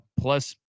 plus